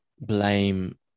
blame